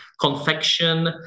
confection